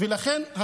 ולכן,